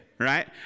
Right